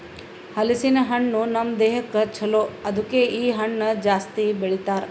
ಹಲಸಿನ ಹಣ್ಣು ನಮ್ ದೇಹಕ್ ಛಲೋ ಅದುಕೆ ಇ ಹಣ್ಣು ಜಾಸ್ತಿ ಬೆಳಿತಾರ್